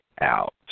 out